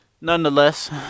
Nonetheless